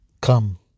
Come